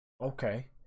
okay